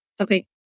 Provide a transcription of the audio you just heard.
Okay